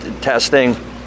testing